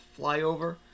flyover